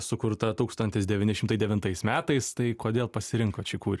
sukurta tūkstantis devyni šimtai devintais metais tai kodėl pasirinkot šį kūri